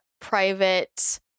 private